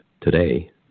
Today